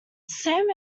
sam